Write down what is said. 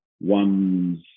one's